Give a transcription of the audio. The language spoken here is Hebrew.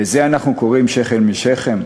לזה אנחנו קוראים שכם אל שכם?